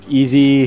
easy